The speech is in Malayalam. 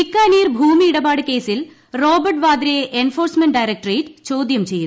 ബിക്കാനീർ ഭൂമി ഇടപാട് കേസിൽ റോബർട്ട് വാദ്രയെ ന് എൻഫോഴ്സ്മെന്റ് ഡയറക്ട്രേറ്റ് ചോദൃം ചെയ്യുന്നു